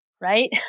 right